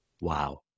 Wow